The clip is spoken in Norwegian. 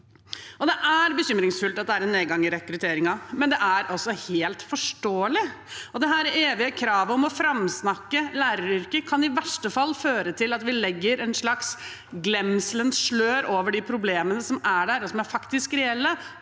Det er bekymringsfullt at det er en nedgang i rekrutteringen, men det er altså helt forståelig. Dette evige kravet om å framsnakke læreryrket kan i verste fall føre til at vi legger et slags glemselens slør over de problemene som er der, som er reelle,